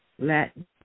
Latin